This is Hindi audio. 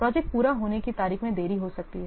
प्रोजेक्ट पूरा होने की तारीख में देरी हो सकती है